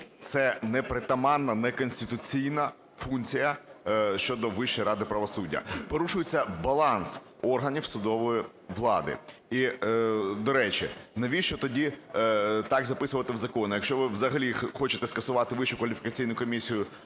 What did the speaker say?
це непритаманна неконституційна функція щодо Вищої ради правосуддя. Порушується баланс органів судової влади. І до речі, навіщо тоді так записувати в законі? Якщо ви взагалі хочете скасувати Вищу кваліфікаційну комісію,